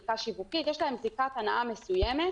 זיקה שיווקית יש להם זיקת הנאה מסוימת